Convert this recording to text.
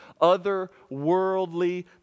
otherworldly